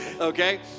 Okay